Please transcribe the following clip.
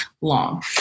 long